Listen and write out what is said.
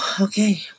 Okay